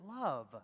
Love